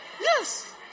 Yes